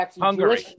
Hungary